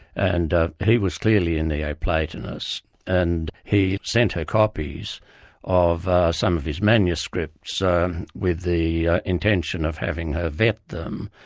and he was clearly a neo-platonist, and he sent her copies of some of his manuscripts with the intention of having her vet them,